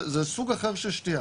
זה סוג אחר של שתיה.